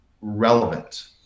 relevant